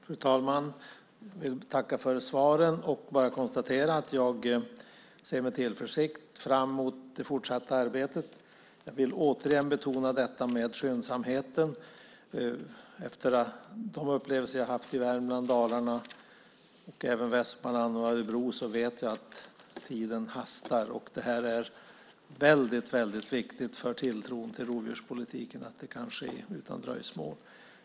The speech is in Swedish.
Fru talman! Jag vill tacka för svaren och bara konstatera att jag med tillförsikt ser fram emot det fortsatta arbetet. Jag vill återigen betona detta med skyndsamheten. Efter de upplevelser jag har haft i Värmland, Dalarna och även Västmanland och Örebro vet jag att tiden hastar. Och det är väldigt viktigt för tilltron till rovdjurspolitiken att detta kan ske utan dröjsmål.